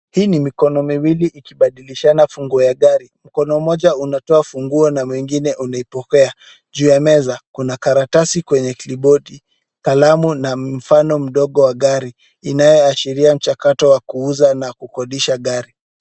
Hii ni mikono miwili kubadilishana funguo ya gari. Mkono mmoja unatoa funguo na mwingine inaipokea. Juu ya meza kuna karatasi kwenye klipubodi , kalamu na mfano mdogo wa gari unaoashiria kuuza na kukodisha gari.